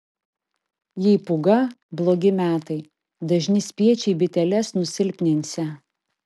jei pūga blogi metai dažni spiečiai biteles nusilpninsią